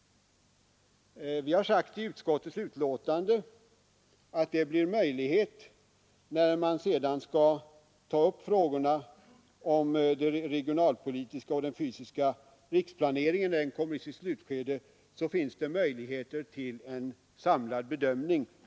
Vi har förklarat i utskottetsbetänkandet att det, när behandlingen av den regionalpolitiska och fysiska planeringen når sitt slutskede, finns möjlighet till en samlad bedömning.